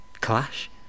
Clash